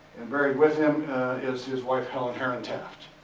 and buried with him is his wife helen herron taft.